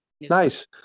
Nice